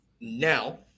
Now